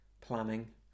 planning